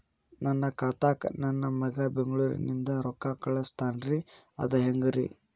ನನ್ನ ಖಾತಾಕ್ಕ ನನ್ನ ಮಗಾ ಬೆಂಗಳೂರನಿಂದ ರೊಕ್ಕ ಕಳಸ್ತಾನ್ರಿ ಅದ ಹೆಂಗ್ರಿ?